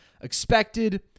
expected